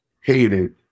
hated